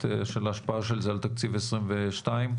של ההשפעה של זה על תקציב 2021 2022?